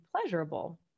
pleasurable